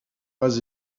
pas